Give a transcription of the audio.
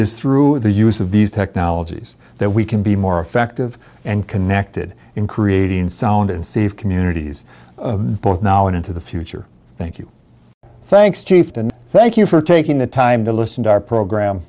is through the use of these technologies that we can be more effective and connected in creating sound and save communities both now and into the future thank you thanks chafed and thank you for taking the time to listen to our program